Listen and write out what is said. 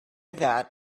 that